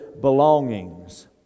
belongings